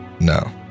No